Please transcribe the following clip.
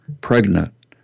pregnant